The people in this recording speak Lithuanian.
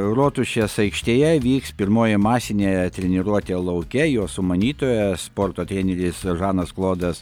rotušės aikštėje vyks pirmoji masinė treniruotė lauke jos sumanytojas sporto treneris žanas klodas